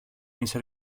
είσαι